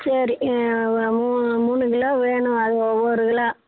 சரி மூணு கிலோ வேணும் அது ஒவ்வொரு கிலோ